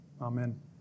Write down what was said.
Amen